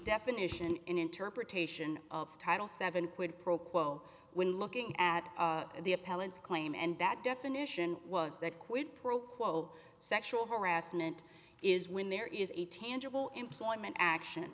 definition interpretation of title seven quid pro quo when looking at the appellant's claim and that definition was that quid pro quo sexual harassment is when there is a tangible employment action